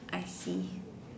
I see